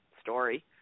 story